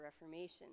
Reformation